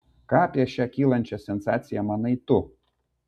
ką apie šią kylančią sensaciją manai tu